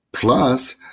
Plus